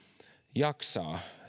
jaksaa